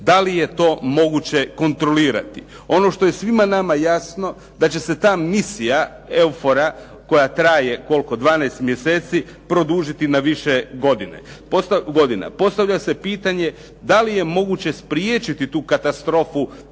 da li je to moguće kontrolirati. Ono što je svima nama jasno, da će se ta misija EUFOR-a koja traje 12 mjeseci produžiti na više godina. Postavlja se pitanje da li je moguće spriječiti tu katastrofu koja